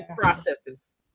processes